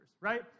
right